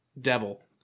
devil